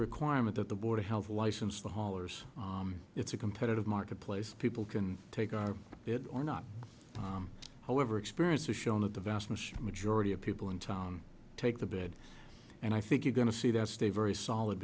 requirement that the board of health licensed the haulers it's a competitive marketplace people can take our bid or not however experience has shown of the vastness majority of people in town take the bed and i think you're going to see that stay very solid